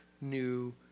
new